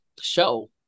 show